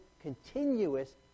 continuous